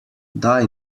daj